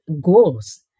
goals